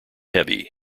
heavy